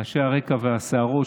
בריאות לחבר הכנסת אוסאמה סעדי,